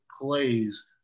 plays